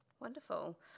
Wonderful